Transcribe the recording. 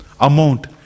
amount